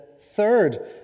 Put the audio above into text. third